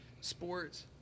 sports